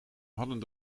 hadden